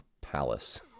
palace